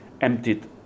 emptied